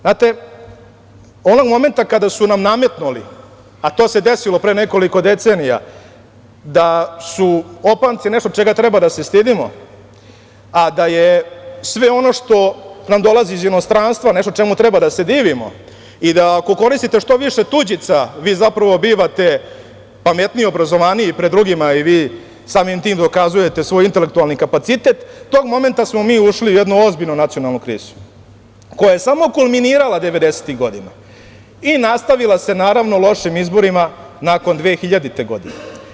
Znate, onog momenta kada su nam nametnuli, a to se desilo pre nekoliko decenija, da su opanci nešto čega treba da se stidimo, a da je sve ono što nam dolazi iz inostranstva nešto čemu treba da se divimo i da ako koristite što više tuđica, vi zapravo bivate pametniji i obrazovaniji pred drugima i vi samim tim dokazujete svoj intelektualni kapacitet, tog momenta smo mi ušli u jednu ozbiljnu nacionalnu krizu, koja je samo kulminirala devedesetih godina i nastavila se, naravno, lošim izborima nakon 2000. godine.